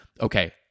Okay